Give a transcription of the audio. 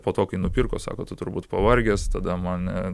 po to kai nupirko sako tu turbūt pavargęs tada mane